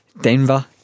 Denver